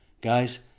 Guys